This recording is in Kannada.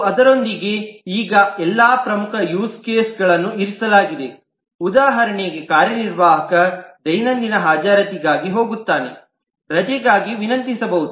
ಮತ್ತು ಅದರೊಂದಿಗೆ ಈಗ ಎಲ್ಲಾ ಪ್ರಮುಖ ಯೂಸ್ ಕೇಸ್ಗಳನ್ನು ಇರಿಸಲಾಗಿದೆ ಉದಾಹರಣೆಗೆ ಕಾರ್ಯನಿರ್ವಾಹಕ ದೈನಂದಿನ ಹಾಜರಾತಿಗಾಗಿ ಹಾಜರಾತಿಗಾಗಿ ಹೋಗುತ್ತಾನೆ ರಜೆಗಾಗಿ ವಿನಂತಿಸಬಹುದು